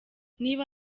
niba